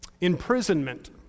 Imprisonment